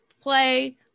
play